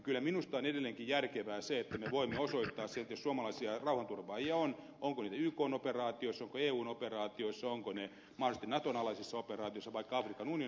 kyllä minusta on edelleenkin järkevää se että me voimme osoittaa sen jos suomalaisia rauhanturvaajia on onko niitä ykn operaatioissa onko eun operaatioissa ovatko ne mahdollisesti naton alaisissa operaatioissa afrikan unionin alaisissa operaatioissa